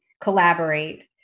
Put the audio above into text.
collaborate